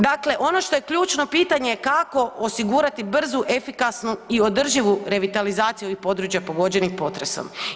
Dakle, ono što je ključno pitanje kako osigurati brzu, efikasnu i održivu revitalizaciju ovih područja pogođenih potresom.